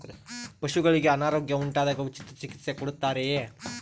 ಪಶುಗಳಿಗೆ ಅನಾರೋಗ್ಯ ಉಂಟಾದಾಗ ಉಚಿತ ಚಿಕಿತ್ಸೆ ಕೊಡುತ್ತಾರೆಯೇ?